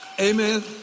Amen